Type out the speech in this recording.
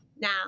now